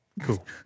Cool